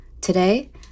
Today